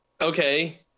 okay